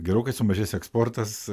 gerokai sumažės eksportas